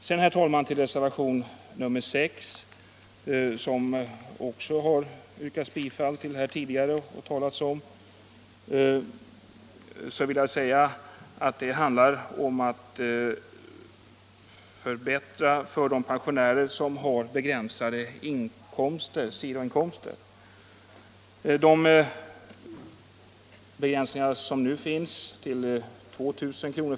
Slutligen också några ord om reservationen 6, som man tidigare här både har talat om och yrkat bifall till. Den handlar om att förbättra för pensionärer med begränsade sidoinkomster. De begränsningar som där finns, 2000 kr.